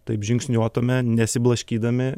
taip žingsniuotume nesiblaškydami